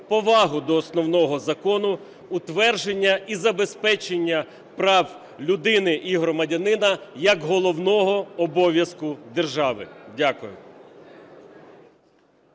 повагу до Основного Закону, утвердження і забезпечення прав людини і громадянина, як головного обов'язку держави. Дякую.